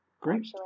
Great